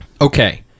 Okay